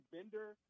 Bender